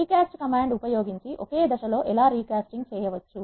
రీ cost command ఉపయోగించి ఒక దశలో ఎలా రీ కాస్టింగ్ చేయవచ్చు